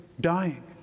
dying